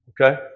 okay